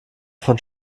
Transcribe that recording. von